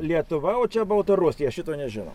lietuva o čia baltarusija šito nežino